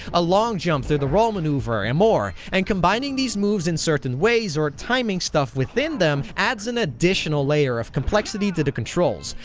a long jump through the roll maneuver and more, and combining these moves in certain ways or timing stuff within them adds an additional layer of complexity to the controls.